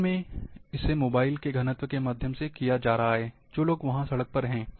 असल में इसे मोबाइलों के घनत्व के माध्यम से किया जा रहा है जो मोबाइल वहां सड़क पर हैं